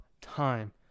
time